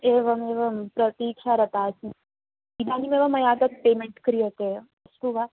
एवमेवं प्रतीक्षारता अस्मि इदानीमेव मया तत् पेमेण्ट् क्रियते अस्तु वा